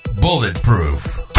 bulletproof